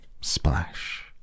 Splash